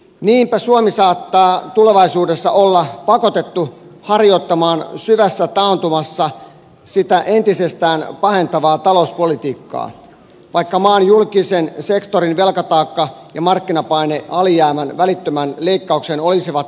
niinpä suomi saattaa tulevaisuudessa olla pakotettu harjoittamaan syvässä taantumassa sitä entisestään pahentavaa talouspolitiikkaa vaikka maan julkisen sektorin velkataakka ja markkinapaine alijäämän välittömään leikkaukseen olisivatkin alhaiset